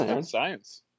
science